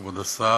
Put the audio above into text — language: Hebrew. תודה, כבוד השר,